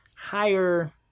higher